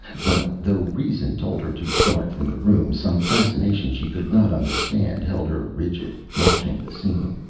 but though reason told her to dart from the room, some fascination she could not understand held her rigid, watching the scene.